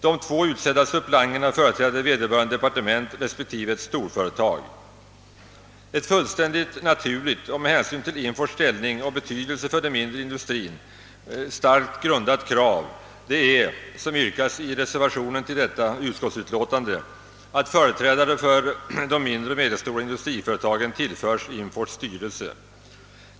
De två utsedda suppleanterna företräder vederbörande departement och ett storföretag. Ett fullständigt naturligt och med hänsyn till INFOR:s ställning och betydelse för den mindre industrin starkt grundat krav är, som också framhållits i reservationen, att företrädare för de mindre och medelstora industriföretagen tillförs INFOR:s styrelse.